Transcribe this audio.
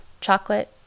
chocolate